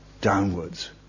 downwards